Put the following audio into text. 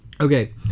Okay